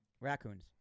Raccoons